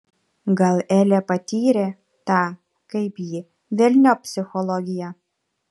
gal elė patyrė tą kaip jį velniop psichologiją